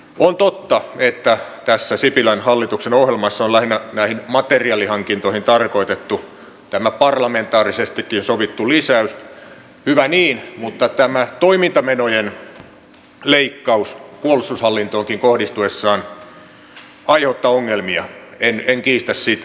on totta että tässä sipilän hallituksen ohjelmassa on lähinnä näihin materiaalihankintoihin tarkoitettu tämä parlamentaarisestikin sovittu lisäys hyvä niin mutta tämä toimintamenojen leikkaus puolustushallintoonkin kohdistuessaan aiheuttaa ongelmia en kiistä sitä